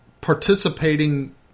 participating